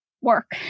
work